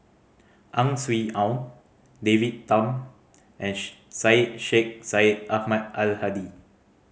Ang Swee Aun David Tham and Syed Sheikh Syed Ahmad Al Hadi